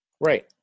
Right